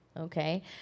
Okay